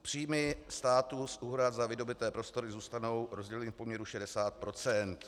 Příjmy státu z úhrad za vydobyté prostory zůstanou rozděleny v poměru 60 %.